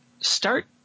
start